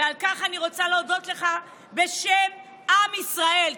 ועל כך אני רוצה להודות לך בשם עם ישראל,